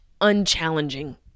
unchallenging